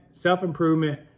self-improvement